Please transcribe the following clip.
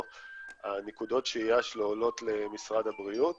נקודות שהייה שלו עולות למשרד הבריאות,